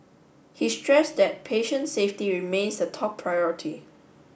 he stressed that patient safety remains the top priority